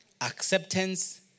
Acceptance